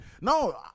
no